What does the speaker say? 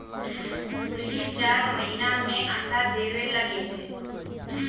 मुरगी चार महिना में अंडा देवे लगेले